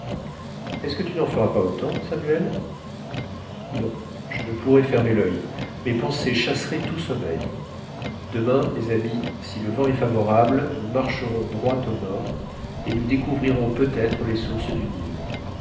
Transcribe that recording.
est-ce que tu n'en feras pas autant samuel non je ne pourrais fermer l'il mes pensées chasseraient tout sommeil demain mes amis si le vent est favorable nous marcherons droit au nord et nous découvrirons peut-être les sources du nil